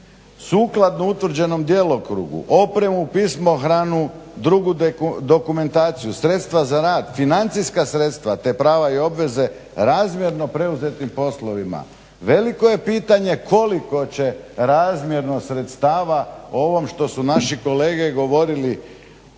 sukladno utvrđenom djelokrugu opremu, pismohranu, drugu dokumentaciju, sredstva za rad, financijska sredstva, te prava i obveze razmjerno preuzetim poslovima, veliko je pitanje koliko će razmjerno sredstava o ovom što su naši kolege govorili